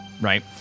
right